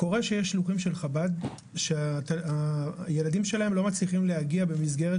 קורה שיש לשוחים של חב"ד שהילדים שלהם לא מצליחים להגיע במסגרת